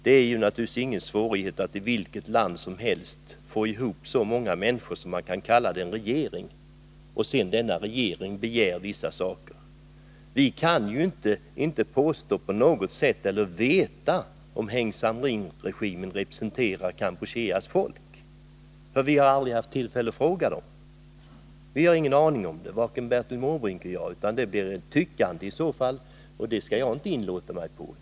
Det är naturligtvis ingen svårighet att i vilket land som helst få ihop så många människor som kan bilda en regering, och sedan kan denna regering begära vissa saker. Vi kan ju inte veta om Heng Samrin-regimen representerar Kampucheas folk, ty vi har aldrig haft tillfälle att fråga vad folket tycker. Varken Bertil Måbrink eller jag har någon aning om det, utan det blir ett tyckande i så fall, och det skall jag inte inlåta mig på.